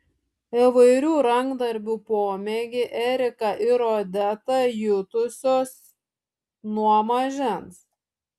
įvairių rankdarbių pomėgį erika ir odeta jutusios nuo mažens